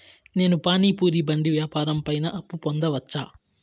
నేను పానీ పూరి బండి వ్యాపారం పైన అప్పు పొందవచ్చా?